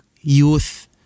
youth